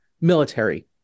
military